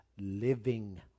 living